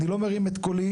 אני לא מרים את קולי,